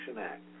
Act